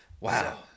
Wow